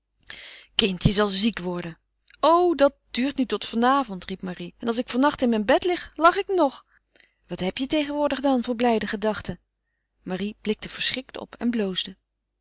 kind je zal ziek worden o dat duurt nu tot vanavond riep marie en als ik vannacht in mijn bed lig lach ik nog wat heb je tegenwoordig dan voor blijde gedachten marie blikte verschrikt op en bloosde